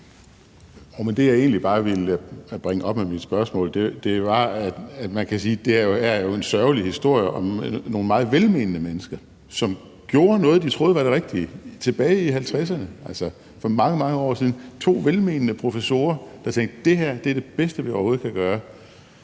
Det, jeg egentlig bare ville bringe op med mit spørgsmål var, at det, kan man sige, jo er en sørgelig historie om nogle meget velmenende mennesker, som gjorde noget, de troede var det rigtige, tilbage i 1950'erne, altså for mange, mange år siden. Det var to velmenende professorer, der tænkte: Det her er det bedste, vi overhovedet kan gøre.